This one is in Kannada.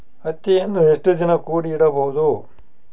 ಹತ್ತಿಯನ್ನು ಎಷ್ಟು ದಿನ ಕೂಡಿ ಇಡಬಹುದು?